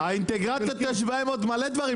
האינטגרציה תשווה עם עוד מלא דברים,